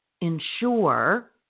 ensure